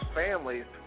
families